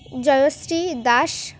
Jayashree Das